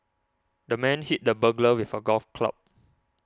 the man hit the burglar with a golf club